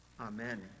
Amen